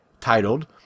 titled